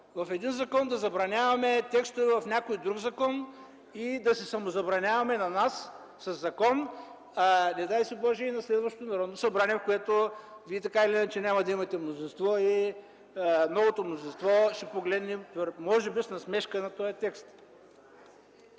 в един закон да забраняваме текстове в някой друг и да си самозабраняваме със закон, не дай си Боже, и на следващото Народно събрание, в което Вие, така или иначе, няма да имате мнозинство и новото мнозинство ще погледне може би с насмешка на този текст.